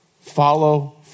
follow